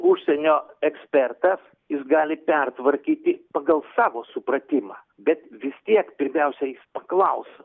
užsienio ekspertas jis gali pertvarkyti pagal savo supratimą bet vis tiek pirmiausia jis paklaus